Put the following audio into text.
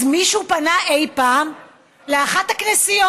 אז מישהו פנה אי פעם לאחת הכנסיות,